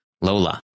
Lola